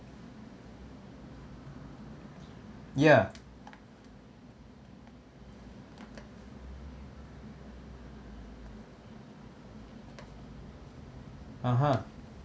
yeah (uh huh)